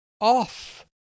off